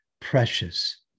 precious